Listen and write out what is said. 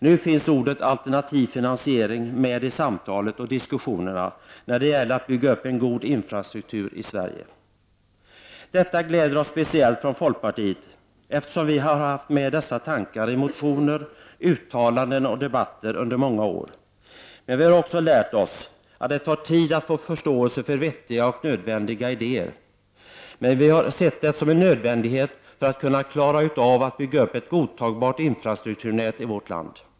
Nu finns ordet alternativ finansiering med i diskussionerna när det gäller att bygga upp en god infrastruktur i Sverige. Detta gläder oss speciellt i folkpartiet, eftersom vi har haft med dessa tankar i motioner, uttalanden och debatter under många år. Men vi har också lärt oss att det tar tid att få förståelse för vettiga och nödvändiga idéer. Men vi har sett det som en nödvändighet för att kunna klara av att bygga upp ett godtagbart infrastrukturnät i vårt land.